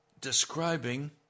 describing